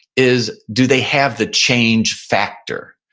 is do they have the change factor?